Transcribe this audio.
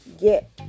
get